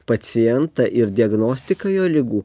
pacientą ir diagnostiką jo ligų